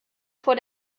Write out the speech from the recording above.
vor